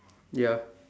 ya